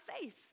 faith